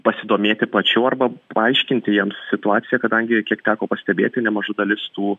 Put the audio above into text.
pasidomėti pačių arba paaiškinti jiems situaciją kadangi kiek teko pastebėti nemaža dalis tų